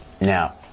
Now